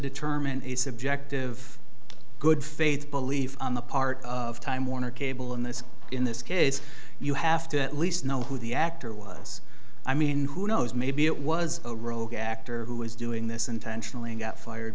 determine a subject of good faith belief on the part of time warner cable in this in this case you have to at least know who the actor was i mean who knows maybe it was a rogue actor who was doing this intentionally and got fired